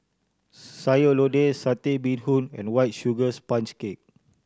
Sayur Lodeh Satay Bee Hoon and White Sugar Sponge Cake